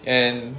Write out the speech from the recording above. and